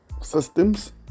systems